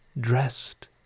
dressed